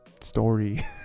story